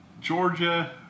Georgia